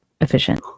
efficient